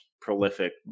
prolific